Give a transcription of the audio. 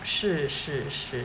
是是是